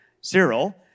Cyril